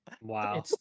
Wow